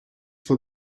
for